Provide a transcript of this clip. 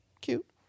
Cute